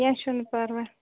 کیٚنٛہہ چھُنہٕ پَرواے